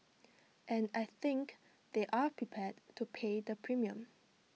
and I think they're prepared to pay the premium